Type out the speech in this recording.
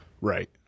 Right